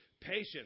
Patience